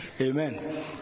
Amen